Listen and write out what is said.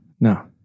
No